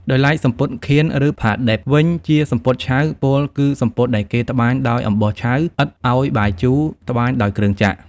ដោយឡែកសំពត់ «ខៀន» ឬ «ផាឌិប» វិញជាសំពត់ឆៅ ពោលគឺសំពត់ដែលគេត្បាញដោយអំបោះឆៅ ឥតឱ្យបាយជូរ (ត្បាញដោយគ្រឿងចក្រ) ។